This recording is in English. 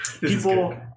people